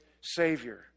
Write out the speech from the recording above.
Savior